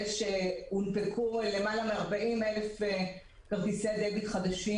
הונפקו למעלה מ-40,000 כרטיסי דביט חדשים,